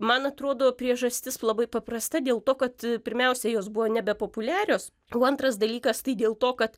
man atrodo priežastis labai paprasta dėl to kad pirmiausia jos buvo nebepopuliarios o antras dalykas tai dėl to kad